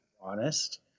honest